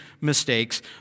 mistakes